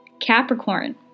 Capricorn